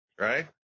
Right